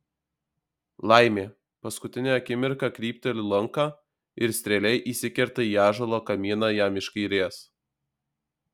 laimė paskutinę akimirką krypteliu lanką ir strėlė įsikerta į ąžuolo kamieną jam iš kairės